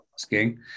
asking